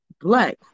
black